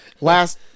Last